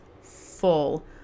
full